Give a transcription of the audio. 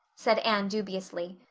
said anne dubiously.